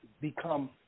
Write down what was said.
become